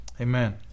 Amen